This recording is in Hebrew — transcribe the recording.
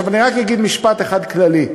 אני רק אגיד משפט אחד כללי: